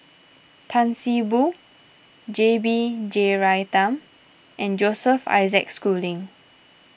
Tan See Boo J B Jeyaretnam and Joseph Isaac Schooling